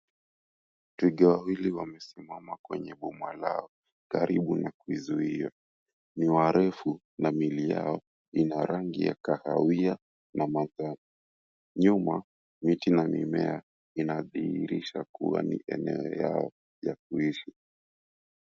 Twiga wawili wamesimama kwenye boma lao karibu na kuzuia, ni warefu na miili yao ina rangi ya kahawia na manjano, nyuma miti ya mimea inadhihirisha kuwa ni eneo lao la kuishi.